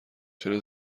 چرا